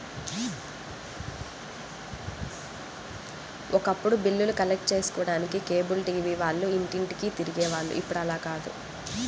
ఒకప్పుడు బిల్లులు కలెక్ట్ చేసుకోడానికి కేబుల్ టీవీ వాళ్ళు ఇంటింటికీ తిరిగే వాళ్ళు ఇప్పుడు అలా కాదు